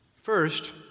First